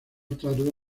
tardó